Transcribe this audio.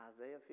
Isaiah